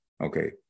Okay